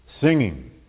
singing